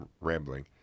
rambling